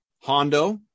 hondo